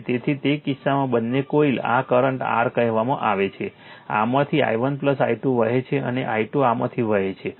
તેથી તે કિસ્સામાં બંને કોઇલ આ કરંટ r કહેવામાં આવે છે આમાંથી i1 i2 વહે છે અને i2 આમાંથી વહે છે